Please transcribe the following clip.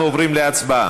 אנחנו עוברים להצבעה.